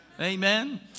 Amen